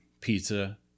Pizza